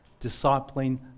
discipling